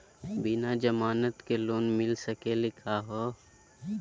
बिना जमानत के लोन मिली सकली का हो?